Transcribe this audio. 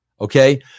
Okay